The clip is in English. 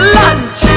lunch